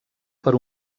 per